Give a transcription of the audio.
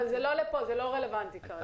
זה לא רלוונטי כרגע.